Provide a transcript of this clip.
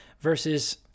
versus